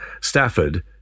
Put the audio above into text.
stafford